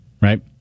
right